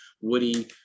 Woody